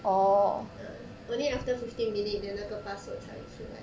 uh only after fifteen minute then 那个 password 才会出来